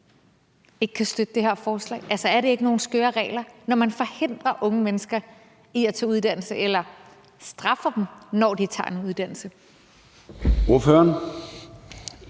ikke kan støtte det her forslag? Er det ikke nogle skøre regler, når man forhindrer unge mennesker i at tage uddannelse eller straffer dem, når de tager en uddannelse? Kl.